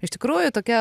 iš tikrųjų tokia